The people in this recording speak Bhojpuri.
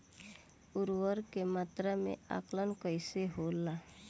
उर्वरक के मात्रा में आकलन कईसे होला?